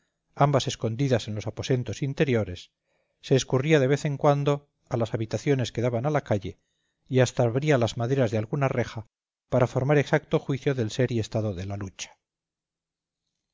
ambas escondidas en los aposentos interiores se escurría de vez en cuando a las habitaciones que daban a la calle y hasta abría las maderas de alguna reja para formar exacto juicio del ser y estado de la lucha